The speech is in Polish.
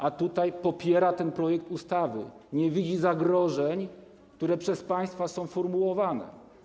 A tutaj popiera ten projekt ustawy, nie widzi zagrożeń, które przez państwa są formułowane.